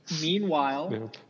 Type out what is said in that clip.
Meanwhile